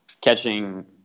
catching